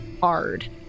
hard